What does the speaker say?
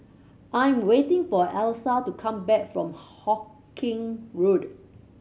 I'm waiting for Alysa to come back from Hawkinge Road